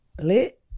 lit